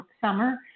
summer